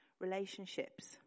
relationships